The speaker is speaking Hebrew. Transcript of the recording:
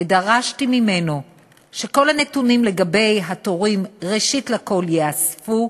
ודרשתי ממנו שכל הנתונים על התורים ראשית כול ייאספו,